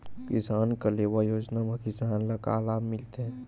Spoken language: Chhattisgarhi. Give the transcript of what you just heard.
किसान कलेवा योजना म किसान ल का लाभ मिलथे?